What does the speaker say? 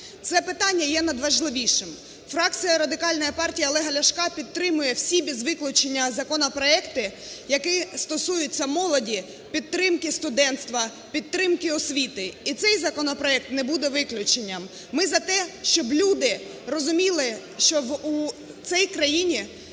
Це питання є надважливим. Фракція Радикальної партії Олега Ляшка підтримує всі без виключення законопроекти, які стосуються молоді, підтримки студентства, підтримки освіти і цей законопроект не буде виключенням. Ми за те, щоб люди розуміли, що у цій країні